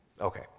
Okay